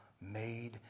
made